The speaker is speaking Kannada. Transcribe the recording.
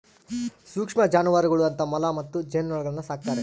ಸೂಕ್ಷ್ಮ ಜಾನುವಾರುಗಳು ಅಂತ ಮೊಲ ಮತ್ತು ಜೇನುನೊಣಗುಳ್ನ ಸಾಕ್ತಾರೆ